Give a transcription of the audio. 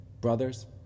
Brothers